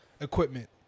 equipment